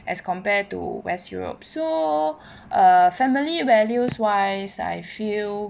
as compared to west europe so err family values wise I feel